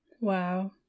Wow